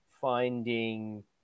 finding